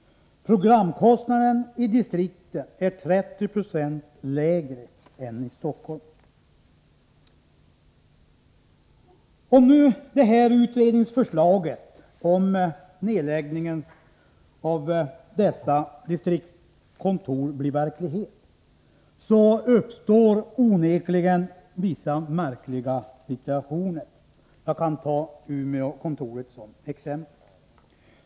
Programkostnaden i distrikten är 30 90 lägre än i Stockholm. Om nu utredningsförslaget om nedläggning av dessa fem distriktskontor blir verklighet, så uppstår onekligen vissa märkliga situationer. Jag kan ta Umeåkontoret som exempel.